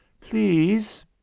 Please